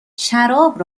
شراب